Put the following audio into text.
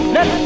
Let